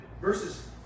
verses